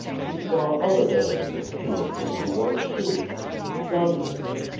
he saw other evidence of human handiwork too dungeons.